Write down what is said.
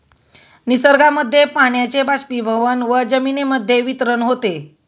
निसर्गामध्ये पाण्याचे बाष्पीभवन व जमिनीमध्ये वितरण होते